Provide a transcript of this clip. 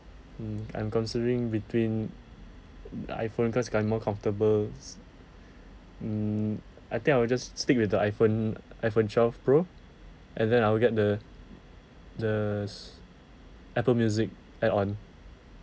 mm I'm considering between iphone cause currently more comfortable s~ mm I think I will just stick with the iphone iphone twelve pro and then I will get the the s~ apple music add on